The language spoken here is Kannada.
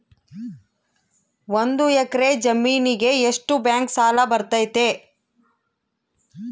ಒಂದು ಎಕರೆ ಜಮೇನಿಗೆ ಎಷ್ಟು ಬ್ಯಾಂಕ್ ಸಾಲ ಬರ್ತೈತೆ?